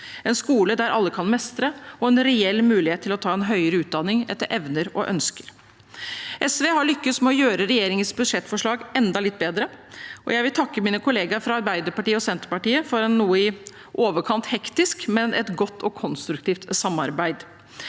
en skole der alle kan mestre, og en reell mulighet til å ta en høyere utdanning – etter evner og ønsker. SV har lyktes med å gjøre regjeringens budsjettforslag enda litt bedre, og jeg vil takke kollegaer fra Arbeiderpartiet og Senterpartiet for et i noe overkant hektisk, men godt og konstruktivt samarbeid.